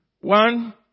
One